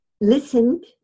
listened